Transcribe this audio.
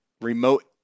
remote